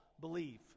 believe